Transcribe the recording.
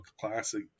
classic